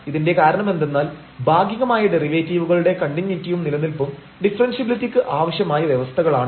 ഇതിന്റെ കാരണമെന്തെന്നാൽ ഭാഗികമായ ഡെറിവേറ്റീവുകളുടെ കണ്ടിന്യൂയിറ്റിയും നിലനിൽപ്പും ഡിഫറെൻഷ്യബിലിറ്റിക്ക് ആവശ്യമായ വ്യവസ്ഥകളാണ്